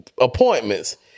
appointments